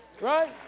Right